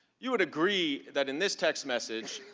you would agree, that in this text message,